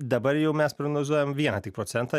dabar jau mes prognozuojam vieną tik procentą